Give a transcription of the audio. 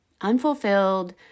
unfulfilled